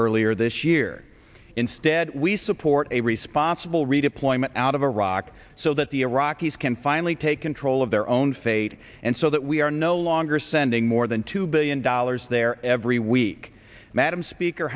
earlier this year instead we support a responsible redeployment out of iraq so that the iraqis can finally take control of their own fate and so that we are no longer sending more than two billion dollars there every week madam speaker